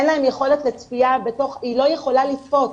היא לא יכולה לצפות.